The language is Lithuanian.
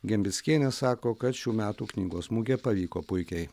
gembickienė sako kad šių metų knygos mugė pavyko puikiai